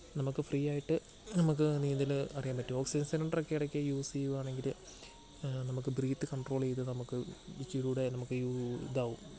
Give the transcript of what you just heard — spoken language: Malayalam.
നമുക്ക് ഫ്രീ ആയിട്ട് നമുക്ക് നീന്തൽ അറിയാൻ പറ്റും ഓക്സിജൻ സിലണ്ടറൊക്കെ ഇടയ്ക്ക് യൂസ് ചെയ്യുകയാണെങ്കിൽ നമുക്ക് ബ്രീത്ത് കണ്ട്രോൾ ചെയ്തു നമുക്ക് ഇച്ചിരി കൂടെ നമുക്ക് ഇതാകും